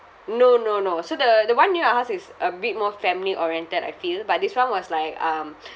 no no no so the the one near your house is a bit more family oriented I feel but this [one] was like um